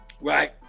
right